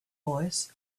voice